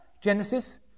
Genesis